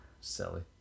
Silly